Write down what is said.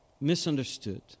misunderstood